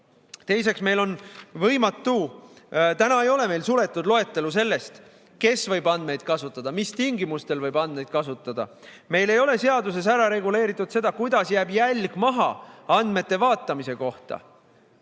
Teiseks, täna ei ole meil suletud loetelu sellest, kes võib andmeid kasutada, mis tingimustel võib andmeid kasutada. Meil ei ole seaduses ära reguleeritud seda, kuidas jääb jälg maha andmete vaatamise kohta.